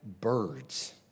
birds